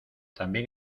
también